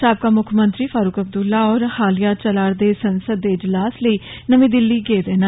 साबका मुक्खमंत्री फारूक अब्दुल्ला होर हालिया चला रदे संसद दे इजलास लेई नमीं दिल्ली गेदे न